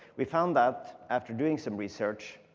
we found out, after doing some research,